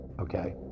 okay